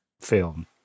film